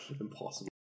impossible